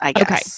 Okay